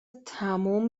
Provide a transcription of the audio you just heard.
تموم